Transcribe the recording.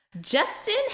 Justin